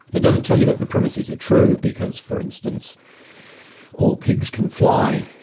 it doesn't tell you that the premises are true, because for instance all pigs can fly,